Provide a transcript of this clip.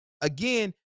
again